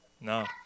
No